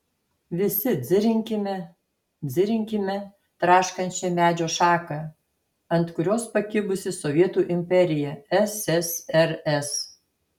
visi dzirinkime dzirinkime traškančią medžio šaką ant kurios pakibusi sovietų imperija ssrs